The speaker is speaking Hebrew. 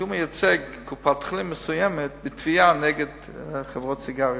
שהוא מייצג קופת-חולים מסוימת בתביעה נגד חברות סיגריות,